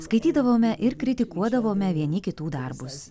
skaitydavome ir kritikuodavome vieni kitų darbus